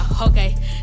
Okay